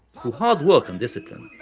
through hard work and discipline.